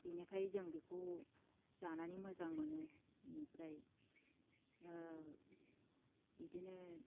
बिनिखाय जों बेखौ जानानै मोजां मोनो इनिफ्राय ओ बिदिनो